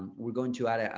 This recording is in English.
we're going to add,